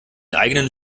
eigenen